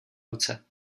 ruce